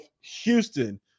Houston